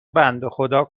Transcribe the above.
بندهخدا